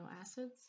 acids